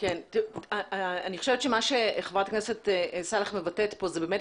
אני חושבת שמה שחברת הכנסת סאלח מבטאת פה זה באמת